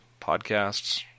podcasts